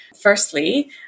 firstly